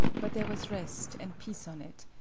but there was rest and peace on it,